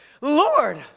Lord